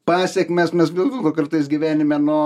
pasekmes mes dvigubai kartais gyvenime nu